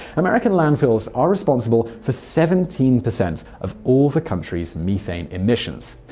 american landfills are responsible for seventeen percent of all the country's methane emissions.